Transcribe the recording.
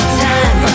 time